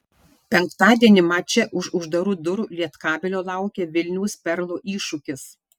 penktadienį mače už uždarų durų lietkabelio laukia vilniaus perlo iššūkis